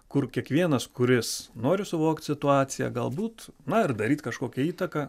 kur kiekvienas kuris nori suvokt situaciją galbūt na ir daryt kažkokią įtaką